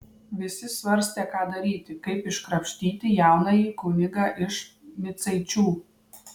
visi svarstė ką daryti kaip iškrapštyti jaunąjį kunigą iš micaičių